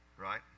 Right